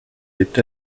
lebt